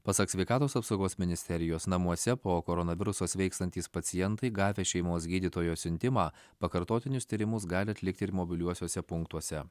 pasak sveikatos apsaugos ministerijos namuose po koronaviruso sveikstantys pacientai gavę šeimos gydytojo siuntimą pakartotinius tyrimus gali atlikti ir mobiliuosiuose punktuose